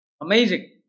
Amazing